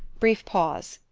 bhef pause.